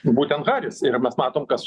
būtent haris ir mes matom kas